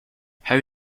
how